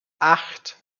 acht